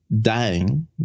dying